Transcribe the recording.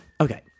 Okay